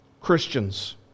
Christians